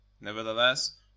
Nevertheless